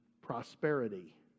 prosperity